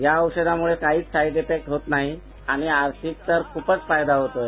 या औषधामुळे काहीच साईड इफेक्ट होत नाही वाणि आर्थिक तर खूषच फायदा होतोय